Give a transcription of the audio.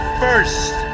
first